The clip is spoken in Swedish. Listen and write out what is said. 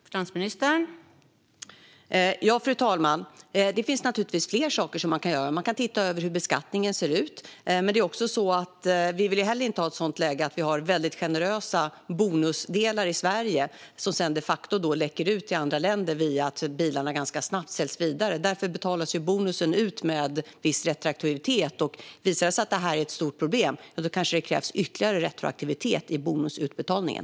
Fru talman! Det finns naturligtvis flera saker man kan göra. Man kan se över hur beskattningen ser ut. Men vi vill heller inte ha väldigt generösa bonusdelar i Sverige som de facto sedan läcker ut till andra länder via att bilarna ganska snabbt säljs vidare. Därför betalas bonusen ut med viss retroaktivitet. Visar det sig att detta är ett stort problem krävs det kanske ytterligare retroaktivitet i bonusutbetalningen.